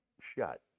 shut